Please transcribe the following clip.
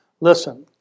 Listen